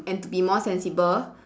and to be more sensible